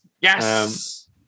Yes